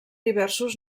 diversos